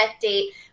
date